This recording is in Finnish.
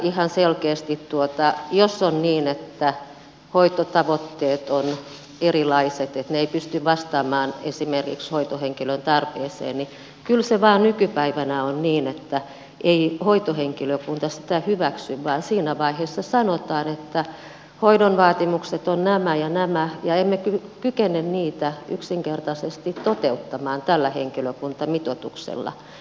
ihan selkeästi jos on niin että hoitotavoitteet ovat erilaiset että ne eivät pysty vastaamaan esimerkiksi hoitohenkilötarpeeseen niin kyllä se vaan nykypäivänä on niin että ei hoitohenkilökunta sitä hyväksy vaan siinä vaiheessa sanotaan että hoidon vaatimukset ovat nämä ja nämä ja emme kykene niitä yksinkertaisesti toteuttamaan tällä henkilökuntamitoituksella